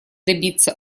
добиться